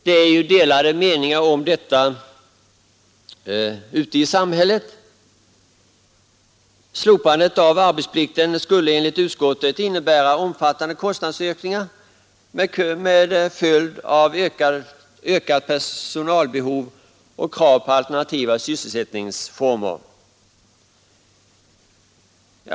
Det finns delade meningar om detta ute i samhället. Slopandet av arbetsplikten skulle enligt utskottet innebära omfattande kostnadsökningar med ökat personalbehov och krav på alternativa sysselsättningsformer som följd.